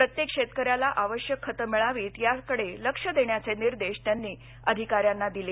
प्रत्येक शेतकऱ्याला आवश्यक खतं मिळवीत याकडे लक्ष देण्याचे निर्देश त्यांनी अधिकाऱ्यांना दिले